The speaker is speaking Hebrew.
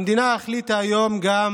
המדינה החליטה היום, גם